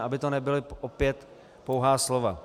Aby to nebyla opět pouhá slova.